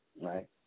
right